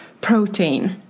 protein